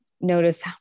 notice